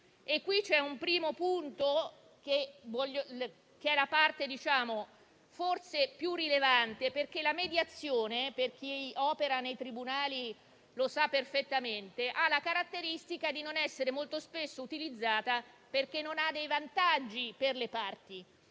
qui c'è un primo punto, che è forse la parte più rilevante. La mediazione infatti - e chi opera nei tribunali lo sa perfettamente - ha la caratteristica di non essere molto spesso utilizzata, perché non ha dei vantaggi per le parti;